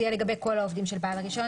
יהיה לגבי כל העובדים של בעל הרישיון,